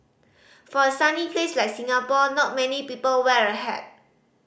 for a sunny place like Singapore not many people wear a hat